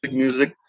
music